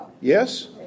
Yes